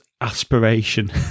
aspiration